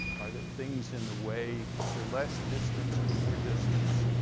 are there things in the way? is there less distance or more distance?